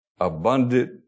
abundant